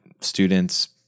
students